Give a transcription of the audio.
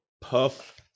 Puff